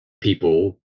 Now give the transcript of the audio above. people